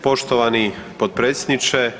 poštovani potpredsjedniče.